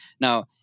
Now